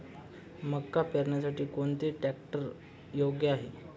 मका पेरणीसाठी कोणता ट्रॅक्टर योग्य आहे?